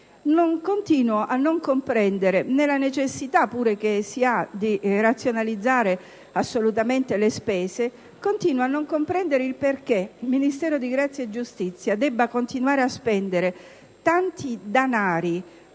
continuo a non comprendere, pur nella necessità che si ha di razionalizzare assolutamente le spese, perché il Ministero della giustizia debba continuare a spendere tanti danari